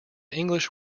english